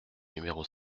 numéro